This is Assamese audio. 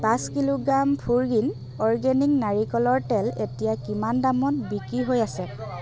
পাঁচ কিলোগ্ৰাম ফোৰগ্ৰীণ অৰ্গেনিক নাৰিকলৰ তেল এতিয়া কিমান দামত বিক্ৰী হৈ আছে